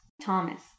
Thomas